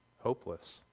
Hopeless